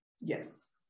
Yes